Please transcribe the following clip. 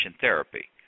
therapy